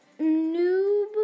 noob